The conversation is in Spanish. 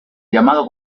llamado